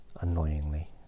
annoyingly